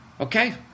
Okay